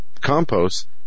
compost